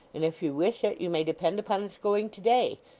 and if you wish it, you may depend upon its going to-day.